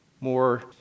more